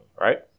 right